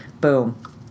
boom